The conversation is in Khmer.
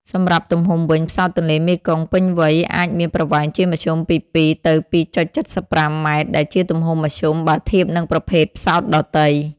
សម្រាប់់ទំហំវិញ ផ្សោតទន្លេមេគង្គពេញវ័យអាចមានប្រវែងជាមធ្យមពី ២ ទៅ ២.៧៥ ម៉ែត្រ ដែលជាទំហំមធ្យមបើធៀបនឹងប្រភេទផ្សោតដទៃ។